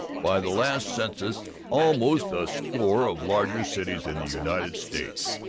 by the last census, almost a score of larger cities in the united states.